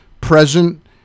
present